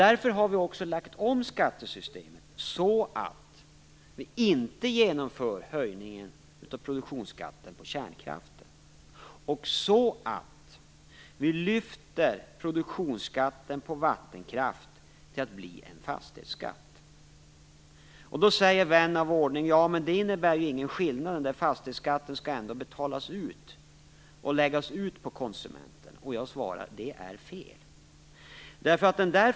Därför har vi också lagt om skattesystemet så att vi dels inte genomför höjningen av produktionsskatten på kärnkraft, dels gör om produktionsskatten på vattenkraft till en fastighetsskatt. Då säger vän av ordning: Ja, men det innebär ju ingen skillnad; den där fastighetsskatten skall ändå betalas och läggas ut på konsumenterna. Jag svarar: Det är fel.